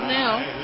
now